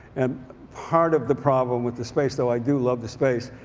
and part of the problem with the space, though i do love the space,